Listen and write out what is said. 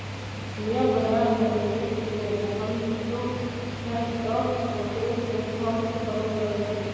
share बजार में निवेश के लेल हम जीरोधा स्टॉक ब्रोकरेज प्लेटफार्म के प्रयोग करइछि